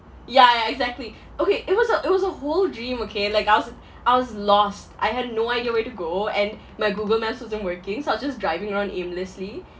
ya ya exactly okay it was a it was a whole dream okay like I was I was lost I had no idea where to go and my google maps wasn't working so I was just driving around aimlessly